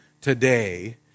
today